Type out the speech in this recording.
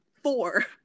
four